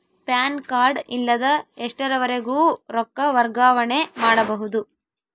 PAN card ಇಲ್ಲದ ಎಷ್ಟರವರೆಗೂ ರೊಕ್ಕ ವರ್ಗಾವಣೆ ಮಾಡಬಹುದು?